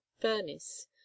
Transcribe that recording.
furnace